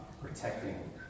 protecting